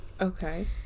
Okay